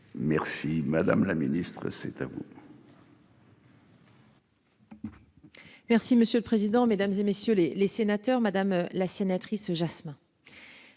Merci madame la ministre, c'est à vous.--